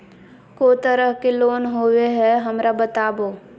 को तरह के लोन होवे हय, हमरा बताबो?